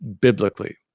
biblically